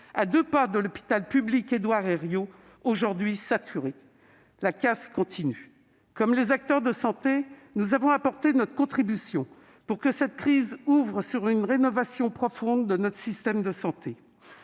à deux pas de l'hôpital public Édouard-Herriot désormais saturé. La casse continue. Comme les acteurs de santé, nous avons apporté notre contribution pour que cette crise ouvre sur une rénovation profonde de notre système de santé.